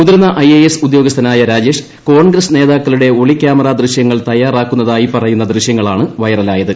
മുതിർന്ന I A S ഉദ്യോഗസ്ഥനായ രാജേഷ് കോൺഗ്രസ് നേതാക്കളുടെ ഒളിക്യാമറാ ദൃശൃങ്ങൾ തയാറാക്കുന്നതായി പറയുന്ന ദൃശൃങ്ങളാണ് വൈറലായത്